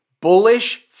bullish